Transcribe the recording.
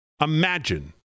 imagine